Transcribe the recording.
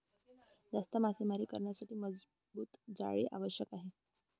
जास्त मासेमारी करण्यासाठी मजबूत जाळी आवश्यक आहे